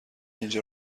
اینجا